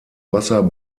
wasser